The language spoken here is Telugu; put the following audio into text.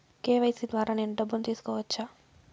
కె.వై.సి ద్వారా నేను డబ్బును తీసుకోవచ్చా?